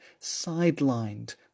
sidelined